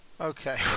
Okay